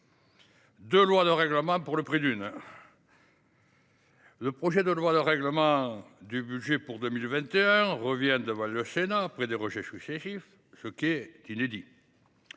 de loi de règlement pour le prix d’un ! Le projet de loi de règlement du budget de l’année 2021 revient devant le Sénat après des rejets successifs, ce qui est inédit.